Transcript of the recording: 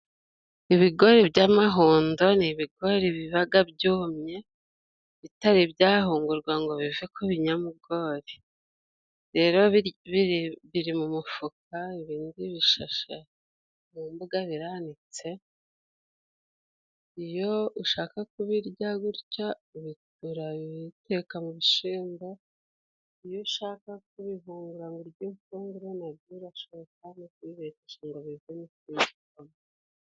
Ibigori by'amahundo ni ibigori bibaga byumye bitari byahungurwa ngo bive ku binyamugori. Rero biri mu mufuka, ibindi bishashe mu mbuga biranitse. Iyo ushaka kubirya gutya urabiteka mu bishimbo, iyo ushaka kubivungura ngo urye impungure na bwo birashoboka no kubibetesha ngo bivemo ifu y'igikoma.